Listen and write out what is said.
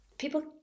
People